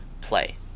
play